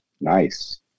Nice